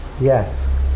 Yes